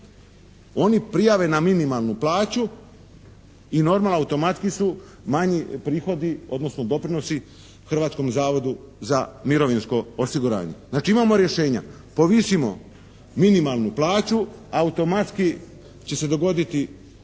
Oni prijave na minimalnu plaću i normalno automatski su manji prihodi, odnosno doprinosi Hrvatskom zavodu za mirovinsko osiguranje. Znači imamo rješenja. Povisimo minimalnu plaću, automatski će se dogoditi